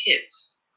kids